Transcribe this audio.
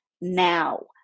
now